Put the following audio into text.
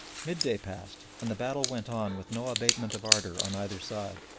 midday passed, and the battle went on with no abatement of ardour on either side,